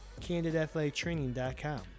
candidathletictraining.com